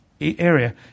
area